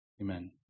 Amen